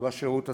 בשירות הצבאי.